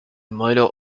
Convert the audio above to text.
modelo